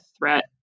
threat